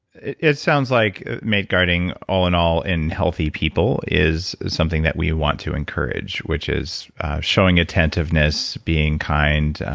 it sounds like mate guarding, all in all, in healthy people is something that we want to encourage, which is showing attentiveness, being kind.